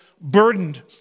burdened